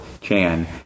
Chan